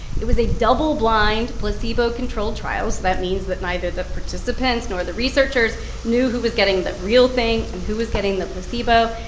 it was a double-blind, placebo-controlled so that means that neither the participants nor the researchers knew who was getting the real thing and who was getting the placebo.